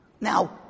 Now